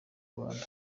rwanda